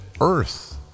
Earth